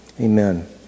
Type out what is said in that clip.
amen